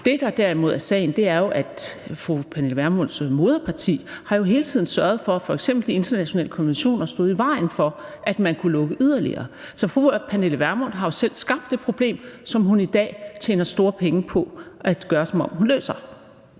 Det, der derimod er sagen, er, at fru Pernille Vermunds moderparti hele tiden har sørget for, at f.eks. de internationale konventioner stod i vejen for, at man kunne lukke yderligere. Så fru Pernille Vermund har jo selv skabt det problem, som hun i dag tjener store penge på at lade som om hun løser.